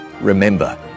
remember